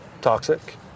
toxic